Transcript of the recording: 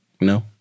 No